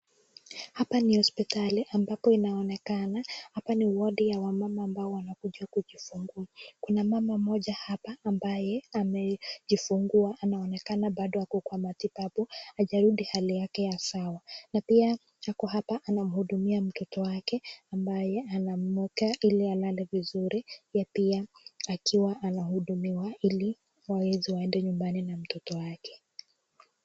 Hapa ni hospitali ambapo inaonekana, hapa ni wadi ya wamama ambao wanakuja kujifungua. Kuna mama mmoja hapa ambaye amejifungua anaonekana bado ako kwa matibabu, hajarudi hali yake ya sawa. Na pia ako hapa anamhudumia mtoto wake ambaye anamweka ili alale vizuri, yeye pia akiwa anahudumiwa ili waweze waende nyumbani na mtoto wake.